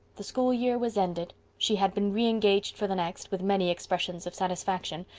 the school year was ended, she had been reengaged for the next, with many expressions of satisfaction.